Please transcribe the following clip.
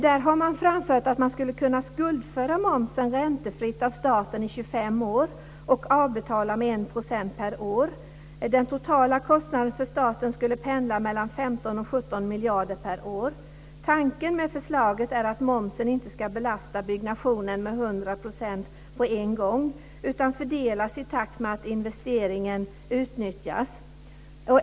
Man har framfört att man skulle kunna skuldföra momsen räntefritt av staten i 25 år och avbetala med 1 % per år. Den totala kostnaden för staten skulle pendla mellan 15 och 17 miljarder per år. Tanken med förslaget är att momsen inte ska belasta byggnationen med 100 % på en gång, utan fördelas i takt med att investeringen utnyttjas.